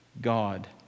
God